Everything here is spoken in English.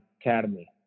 Academy